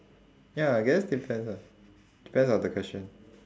ya I guess depends ah depends on the question